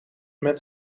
met